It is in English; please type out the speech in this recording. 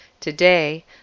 Today